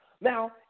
Now